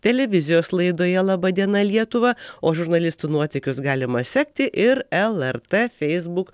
televizijos laidoje laba diena lietuva o žurnalistų nuotykius galima sekti ir lrt facebook